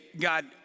God